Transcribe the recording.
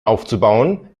aufzubauen